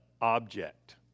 object